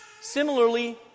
Similarly